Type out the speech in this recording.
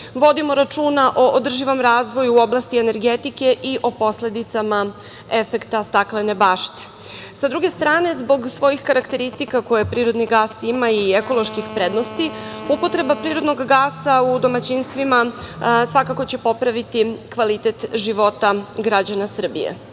Vodimo računa o održivom razvoju u oblasti energetike i o posledicama efekta staklene bašte. Sa druge strane, zbog svojih karakteristika koje prirodni gas ima i ekoloških prednosti, upotreba prirodnog gasa u domaćinstvima svakako će popraviti kvalitet života građana Srbije. Ovaj